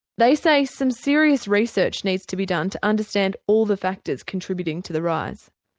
they say some serious research needs to be done to understand all the factors contributing to the rise.